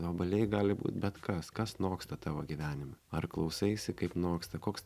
obuoliai gali būt bet kas kas noksta tavo gyvenime ar klausaisi kaip noksta koks